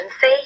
say